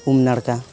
ᱩᱢ ᱱᱟᱲᱠᱟ